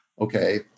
okay